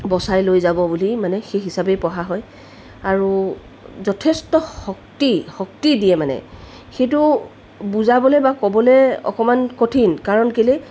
বচাই লৈ যাব বুলি মানে সেই হিচাপে পঢ়া হয় আৰু যথেষ্ট শক্তি শক্তি দিয়ে মানে সেইটো বুজাবলৈ বা ক'বলৈ অকণমান কঠিন কাৰণ কেলৈ